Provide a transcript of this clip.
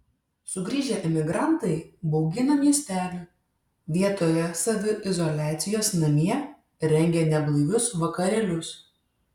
sugrįžę emigrantai baugina miestelį vietoje saviizoliacijos namie rengia neblaivius vakarėlius